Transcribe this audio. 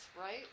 right